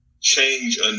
change